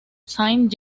saint